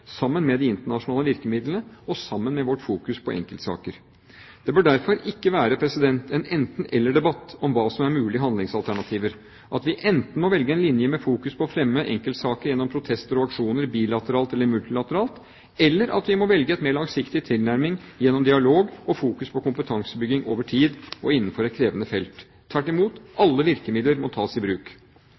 sammen med de internasjonale virkemidlene og sammen med vårt fokus på enkeltsaker. Det bør derfor ikke være en enten–eller-debatt om hva som er mulige handlingsalternativer; at vi enten må velge en linje med fokus på å fremme enkeltsaker gjennom protester og aksjoner bilateralt eller multilateralt, eller at vi må velge en mer langsiktig tilnærming gjennom dialog og fokus på kompetansebygging over tid og innenfor et krevende felt. Tvert imot: Alle virkemidler må tas i bruk.